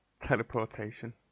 teleportation